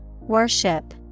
Worship